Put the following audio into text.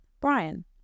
Brian